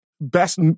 Best